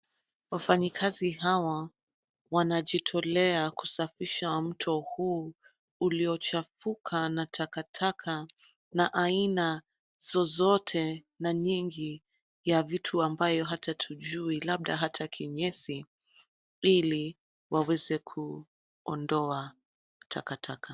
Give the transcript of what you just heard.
Wafanyikazi hawa wanajitolea kusafisha mto huu uliochafuka na takataka na aina zozote na nyingi ya vitu ambayo hata hatujui labda hata kinyesi ili waweze kuondoa takataka.